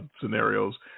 scenarios